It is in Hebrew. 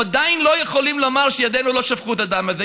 אנחנו עדיין לא יכולים לומר שידינו לא שפכו את הדם הזה.